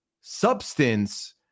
substance